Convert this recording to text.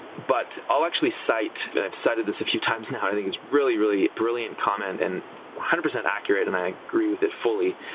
but i'll actually cite and i've cited this a few times now. i think it's really, really brilliant comment and one hundred percent accurate and i agree with it fully,